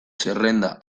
zerrenda